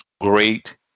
great